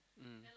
mm